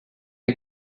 est